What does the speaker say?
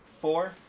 four